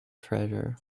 treasure